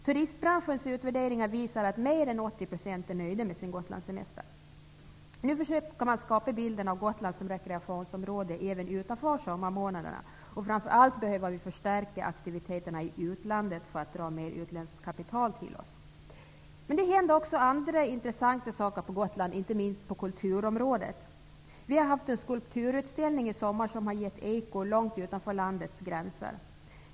Turistbranschens utvärderingar visar att mer än 80 % är nöjda med sin Gotlandssemester. Nu försöker man skapa bilden av Gotland som ett rekreationsområde även utanför sommarmånaderna. Framför allt behöver vi stärka aktiviteterna i utlandet för att dra utländskt kapital till oss. Det händer också andra intressanta saker på Gotland, inte minst på kulturområdet. Vi har haft en skulpturutställning i sommar som har gett eko långt utanför landets gränser.